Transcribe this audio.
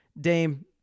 Dame